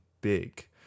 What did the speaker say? big